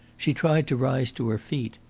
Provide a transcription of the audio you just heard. she tried to rise to her feet.